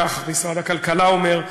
כך משרד הכלכלה אומר,